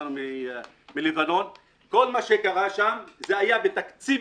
היה בתקציב